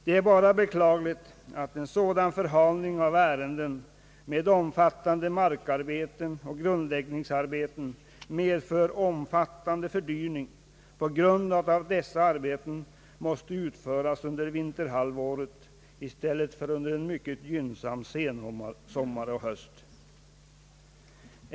Det är bara beklagligt att en sådan förhalning av ärenden med omfattande markarbeten och =:grundläggningsarbeten medför en omfattande fördyring på grund av att dessa arbeten måste utföras under vinterhalvåret i stället för under en mycket gynnsam sensommar och höst.